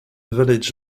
village